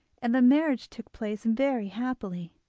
and the marriage took place very happily.